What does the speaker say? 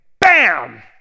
bam